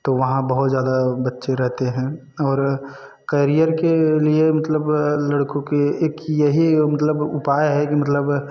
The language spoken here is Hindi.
तो वहाँ बहुत ज़्यादा बच्चे रहते हैं और करियर के लिए मतलब लड़कों के एक यही मतलब उपाय है कि मतलब